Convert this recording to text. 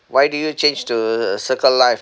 why do you change to circle life